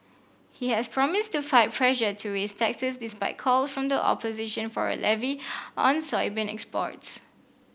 he has promised to fight pressure to raise taxes despite call from the opposition for a levy on soybean exports